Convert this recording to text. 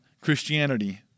Christianity